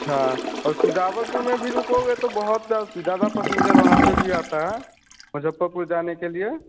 अच्छा और सुजावलपुर में भी रुकोगे तो बहुत ज ज़्यादा पैसेन्जर वहाँ पर भी आते हैं मुज़्ज़फ़रपुर जाने के लिए